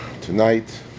Tonight